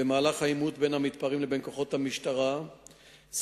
במהלך העימות בין המתפרעים לבין כוחות המשטרה ספגו